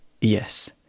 Yes